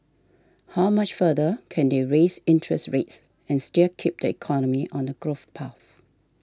how much further can they raise interest rates and still keep the economy on a growth path